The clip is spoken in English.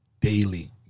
daily